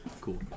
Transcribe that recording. Cool